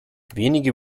wenige